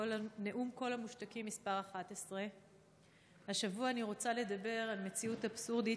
נאום קול המושתקים מס' 11. השבוע אני רוצה לדבר על מציאות אבסורדית